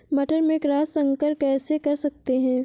मटर में क्रॉस संकर कैसे कर सकते हैं?